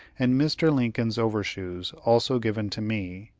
and mr. lincoln's over-shoes, also given to me,